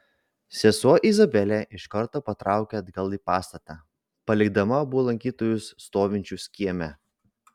sesuo izabelė iš karto patraukė atgal į pastatą palikdama abu lankytojus stovinčius kieme